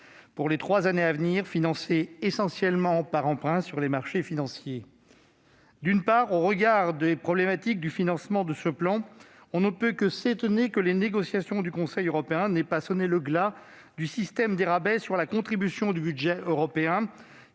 pour les trois années à venir, financé essentiellement par emprunt sur les marchés financiers. D'une part, au regard des problématiques du financement de ce plan, on ne peut que s'étonner que les négociations du Conseil européen n'aient pas sonné le glas des rabais sur la contribution au budget européen.